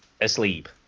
asleep